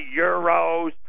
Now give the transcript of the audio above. euros